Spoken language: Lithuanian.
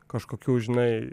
kažkokių žinai